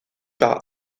par